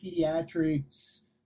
pediatrics